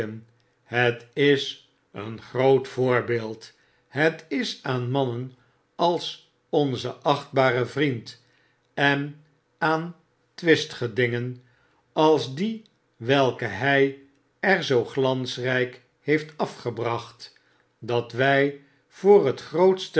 het is een groot voorbeeld het is aan mannen als onzen achtbaren vriend en aan twistgedingen als die welke htj er zoo glansrfik heeft afgebracht dat wy voor het grootste